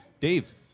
Dave